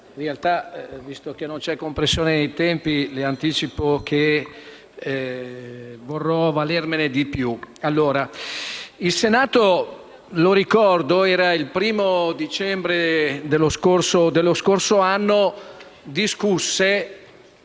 Il Senato - lo ricordo - il primo dicembre dello scorso anno discusse